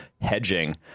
hedging